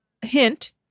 hint